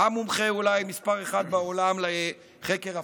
המומחה מס' אחת בעולם אולי לחקר הפשיזם,